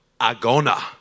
agona